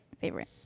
favorite